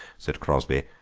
said crosby,